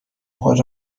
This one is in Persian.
خود